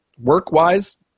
Work-wise